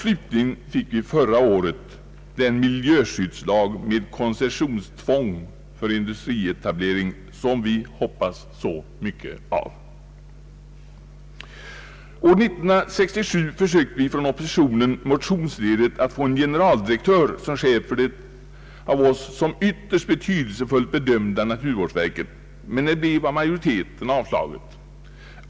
Slutligen fick vi förra året den miljöskyddslag med koncessionstvång för industrietablering som vi hoppas så mycket av. År 1967 försökte vi från oppositionen motionsledes att få en generaldirektör som chef för det av oss som ytterst betydelsefullt bedömda naturvårdsverket, men den motionen avstyrktes av utskottsmajoriteten.